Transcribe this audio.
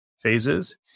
phases